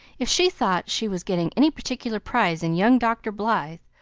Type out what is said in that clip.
if she thought she was getting any particular prize in young dr. blythe,